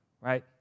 right